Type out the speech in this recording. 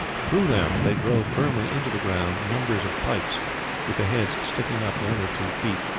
through them they drove firmly into the ground numbers of pikes with the heads sticking up one or two feet,